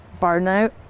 burnout